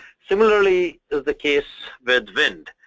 similarly the the case with wind.